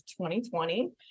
2020